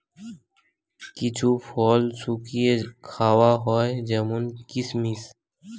কিছু ফল শুকিয়ে খাওয়া হয় যেমন কিসমিস